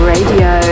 Radio